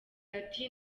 ati